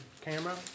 camera